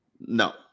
No